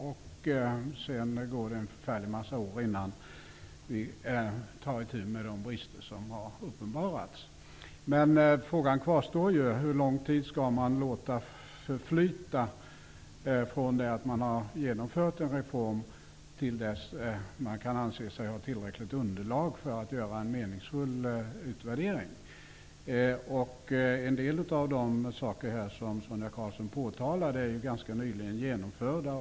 Det tar sedan en förfärlig massa år innan vi tar itu med de brister som uppenbaras. Men frågan kvarstår om hur lång tid man skall låta förflyta från det att man har genomfört en reform till dess att man kan anse sig ha ett tillräckligt underlag för att göra en meningsfull utvärdering. En del av det som Sonia Karlsson påtalade är ganska nyligen genomfört.